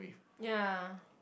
ya